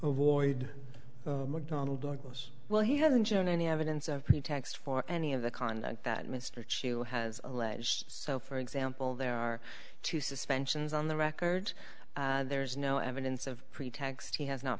avoid mcdonnell douglas well he hasn't shown any evidence of pretext for any of the conduct that mr chu has alleged so for example there are two suspensions on the record there's no evidence of pretext he has not